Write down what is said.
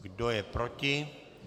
Kdo je proti?